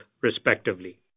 respectively